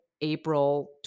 April